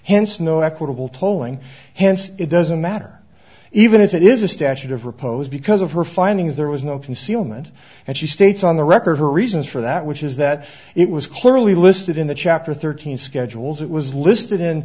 hence no equitable tolling hence it doesn't matter even if it is a statute of repose because of her findings there was no concealment and she states on the record her reasons for that which is that it was clearly listed in the chapter thirteen schedules it was listed in